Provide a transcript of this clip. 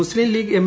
Muslim League M